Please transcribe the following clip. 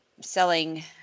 Selling